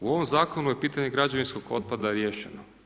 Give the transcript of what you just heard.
U ovom Zakonu je pitanje građevinskog otpada riješeno.